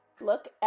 Look